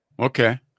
Okay